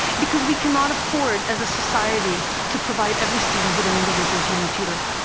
because we cannot afford, as a society, to provide every student with an individual human tutor.